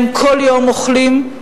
הם כל יום אוכלים,